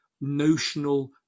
notional